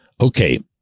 okay